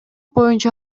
боюнча